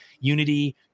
unity